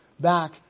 back